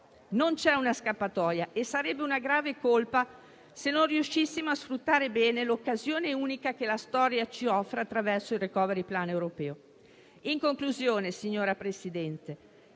Non c'è una scappatoia e sarebbe una grave colpa se non riuscissimo a sfruttare bene l'occasione unica che la storia ci offre attraverso il *recovery plan* europeo. In conclusione, signora Presidente,